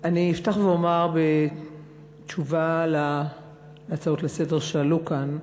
אני אפתח ואומר בתשובה על ההצעות לסדר-היום שעלו כאן,